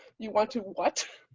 you want to watch